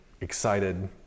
excited